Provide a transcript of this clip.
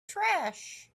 trash